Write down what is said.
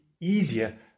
easier